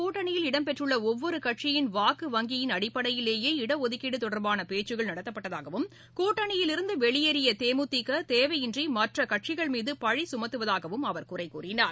கூட்டணியில் இடம்பெற்றுள்ள தங்களது அடிப்படையிலேயே இடஒதுக்கீடு தொடர்பான பேச்சுக்கள் நடத்தப்பட்டதாகவும் கூட்டணியிலிருந்து வெளியேறிய தேமுதிக தேவையின்றி மற்ற கட்சிகள் மீது பழி சுமத்துவதாகவும் அவர் குறை கூறினார்